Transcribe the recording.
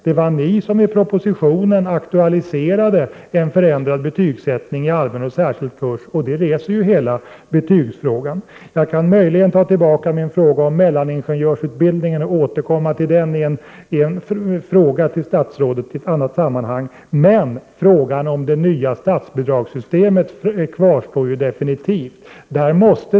Det var ni som i propositionen aktualiserade en förändrad betygsättning i allmän och särskild kurs. Det reste ju hela betygsfrågan. Jag kan möjligen ta tillbaka min fråga om mellaningenjörsutbildningen och återkomma till den i en fråga till statsrådet i annat sammanhang, men frågan om det nya statsbidragssystemet kvarstår definitivt.